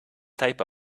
type